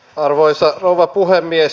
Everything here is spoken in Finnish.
arvoisa rouva puhemies